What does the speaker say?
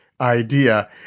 idea